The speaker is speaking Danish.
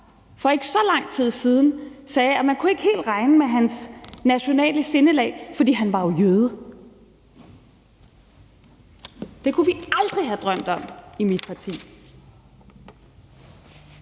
for ikke så lang tid siden, at man ikke helt kunne regne med hans nationale sindelag, fordi han jo var jøde. Det kunne vi aldrig have drømt om at sige i mit parti.